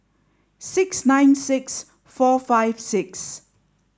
six nine six four five six